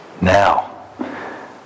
Now